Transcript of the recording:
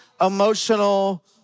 emotional